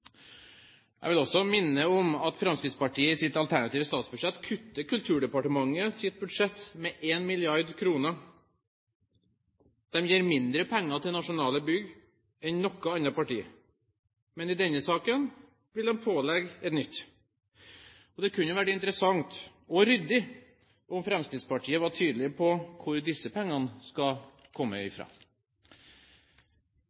Jeg vil også minne om at Fremskrittspartiet i sitt alternative statsbudsjett kutter Kulturdepartementets budsjett med 1 mrd. kr. De gir mindre penger til nasjonale bygg enn noe annet parti, men i denne saken vil de pålegge et nytt. Det kunne vært interessant og ryddig om Fremskrittspartiet var tydelig på hvor disse pengene skal komme